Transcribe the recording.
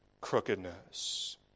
crookedness